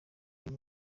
uyu